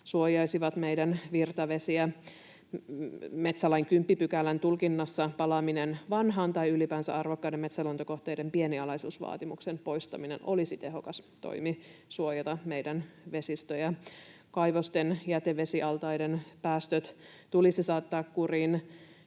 suojaisivat meidän virtavesiämme. Metsälain 10 §:n tulkinnassa palaaminen vanhaan tai ylipäänsä arvokkaiden metsäluontokohteiden pienialaisuusvaatimuksen poistaminen olisi tehokas toimi suojata meidän vesistöjämme. Kaivosten jätevesialtaiden päästöt tulisi saattaa kuriin